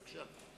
בבקשה.